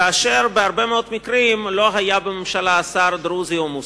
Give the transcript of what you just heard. ובהרבה מאוד מקרים לא היה בממשלה שר דרוזי או מוסלמי.